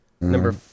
Number